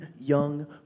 young